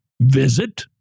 visit